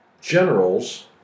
generals